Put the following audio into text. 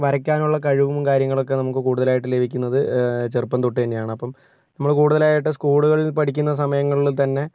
വരക്കാനുള്ള കഴിവും കാര്യങ്ങളൊക്കെ നമുക്ക് കൂടുതലായിട്ട് ലഭിക്കുന്നത് ചെറുപ്പം തൊട്ടു തന്നെയാണ് അപ്പം നമ്മൾ കൂടുതലായിട്ട് സ്കൂളുകളിൽ പഠിക്കുന്ന സമയങ്ങളിൽത്തന്നെ